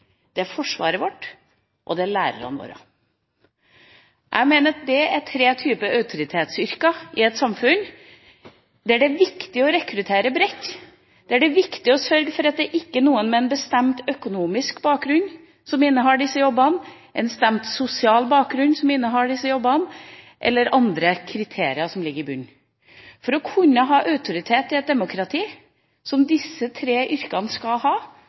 det er forsvaret vårt, og det er lærerne våre. Jeg mener det er tre typer autoritetsyrker i et samfunn der det er viktig å rekruttere bredt, og der det er viktig å sørge for at det ikke er noen med en bestemt økonomisk bakgrunn eller en bestemt sosial bakgrunn som innehar disse jobbene – eller andre kriterier som ligger i bunnen. For å kunne ha autoritet i et demokrati, som disse tre yrkene skal ha,